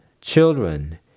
Children